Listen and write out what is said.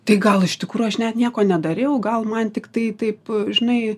tai gal iš tikrųjų aš net nieko nedariau gal man tiktai taip žinai